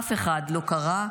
אף אחד לא קרא,